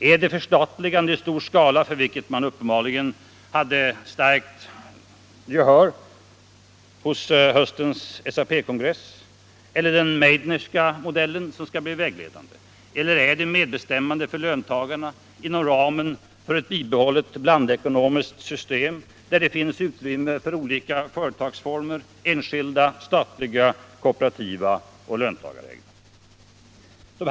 Är det förstatligande i stor skala, för vilket det uppenbarligen fanns starkt gehör hos höstens SAP-kongress, eller den Meidnerska modellen som skall bli vägledande? Eller är det medbestämmande för löntagarna inom ramen för ett bibehållet blandekonomiskt system där det finns utrymme för olika företagstyper, enskilda, statliga, kooperativa och löntagarägda?